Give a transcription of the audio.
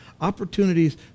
opportunities